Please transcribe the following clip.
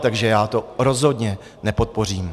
Takže já to rozhodně nepodpořím.